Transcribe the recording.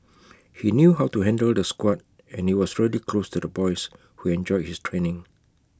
he knew how to handle the squad and he was really close to the boys who enjoyed his training